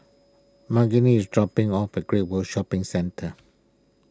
Margene is dropping off at Great World Shopping Centre